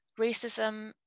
racism